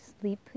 sleep